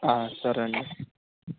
సరేండి